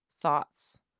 thoughts